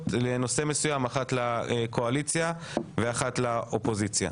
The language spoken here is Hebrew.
לנושא מסוים: אחת לקואליציה ואחת לאופוזיציה.